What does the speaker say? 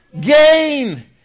Gain